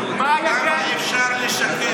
כמה אפשר לשקר?